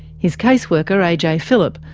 his caseworker ajay philip,